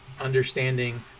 understanding